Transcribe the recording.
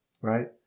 right